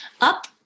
up